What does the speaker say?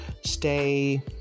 stay